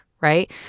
right